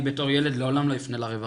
אני בתור ילד לעולם לא אפנה לרווחה,